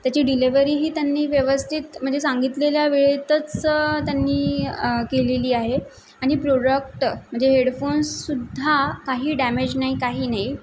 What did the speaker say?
त्याची डिलेवरीही त्यांनी व्यवस्थित म्हणजे सांगितलेल्या वेळेतच त्यांनी केलेली आहे आणि प्रोडक्ट म्हणजे हेडफोन्सुद्धा काही डॅमेज नाही काही नाही